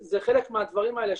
זה חלק מהדברים האלה,